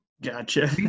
Gotcha